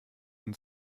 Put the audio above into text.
und